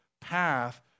path